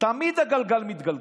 תמיד הגלגל מתגלגל,